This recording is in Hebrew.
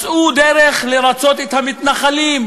מצאו דרך לרצות את המתנחלים,